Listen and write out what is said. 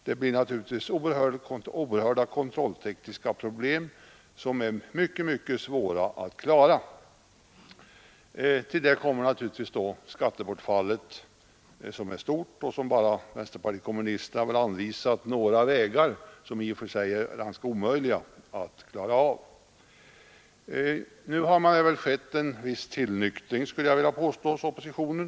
Det skulle medföra kontrolltekniska problem som vore mycket svåra att klara. Till detta kommer sedan skattebortfallet, som är stort och som väl bara vänsterpartiet kommunisterna har anvisat några vägar för att täcka, vägar som i och för sig är ganska omöjliga att gå fram på. Men nu vill jag påstå att det har skett en viss tillnyktring hos oppositionen.